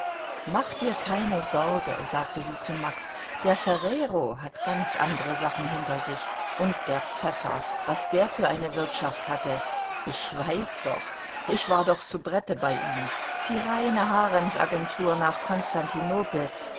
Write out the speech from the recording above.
mach dir keine sorge sagte sie zu max der ferrero hat ganz andere sachen hinter sich und der pfäffer was der für eine wirtschaft hatte ich weiß doch ich war doch soubrette bei ihm die reine haremsagentur nach